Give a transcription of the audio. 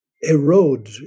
erode